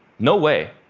no way.